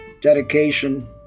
dedication